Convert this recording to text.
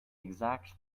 exact